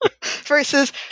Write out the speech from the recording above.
versus